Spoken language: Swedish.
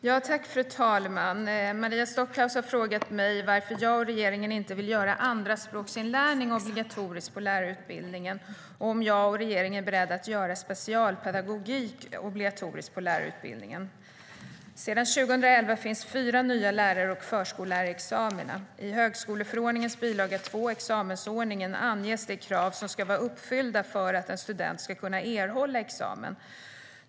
Fru ålderspresident! Maria Stockhaus har frågat mig varför jag och regeringen inte vill göra andraspråksinlärning obligatorisk på lärarutbildningen och om jag och regeringen är beredda att göra specialpedagogik obligatorisk på lärarutbildningen. Sedan 2011 finns fyra nya lärar och förskollärarexamina. I högskoleförordningens bilaga 2, examensordningen, anges de krav som ska vara uppfyllda för att en student ska kunna erhålla examen.